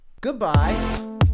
Goodbye